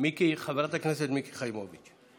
לחברת הכנסת מיקי חיימוביץ'.